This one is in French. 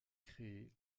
créé